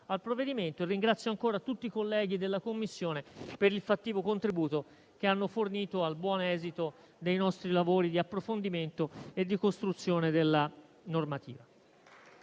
al provvedimento e ringrazio ancora tutti i colleghi della Commissione per il fattivo contributo che hanno fornito al buon esito dei nostri lavori di approfondimento e di costruzione della normativa.